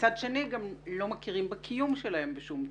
מצד שני גם לא מכירים בקיום שלהם בשום צורה.